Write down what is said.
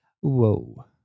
Whoa